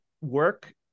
work